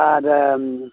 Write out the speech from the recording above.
அதை